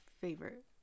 favorite